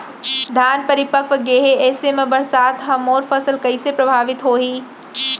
धान परिपक्व गेहे ऐसे म बरसात ह मोर फसल कइसे प्रभावित होही?